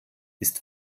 ist